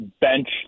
bench